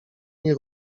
nie